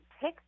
pick